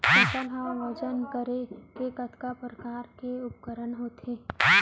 फसल ला वजन करे के कतका प्रकार के उपकरण होथे?